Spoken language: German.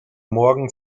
morgen